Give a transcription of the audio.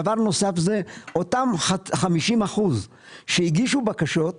דבר נוסף, אותם 50% שהגישו בקשות,